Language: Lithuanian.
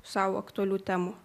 sau aktualių temų